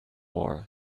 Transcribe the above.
war